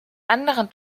anderen